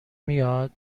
میاد